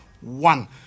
One